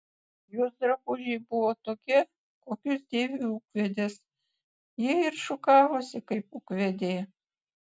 jos drabužiai buvo tokie kokius dėvi ūkvedės ji ir šukavosi kaip ūkvedė